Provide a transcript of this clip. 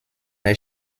est